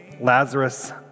Lazarus